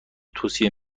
توصیه